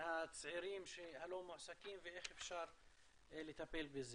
הצעירים הלא מועסקים ואיך אפשר לטפל בזה.